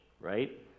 right